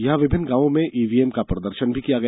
यहां विभिन्न गॉवों में ईवीएम का प्रदर्शन भी किया गया